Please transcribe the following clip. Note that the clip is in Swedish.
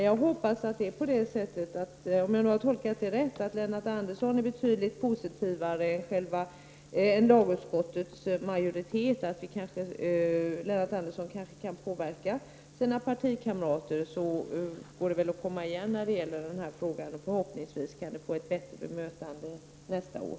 Jag hoppas att jag har tolkat det hela rätt och att Lennart Andersson alltså är betydligt positivare än lagutskottets majoritet och att Lennart Andersson kanske kan påverka sina partikamrater. I så fall kanske vi kan komma igen när det gäller den här frågan, och förhoppningsvis kan den få ett bättre bemötande nästa år.